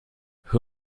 who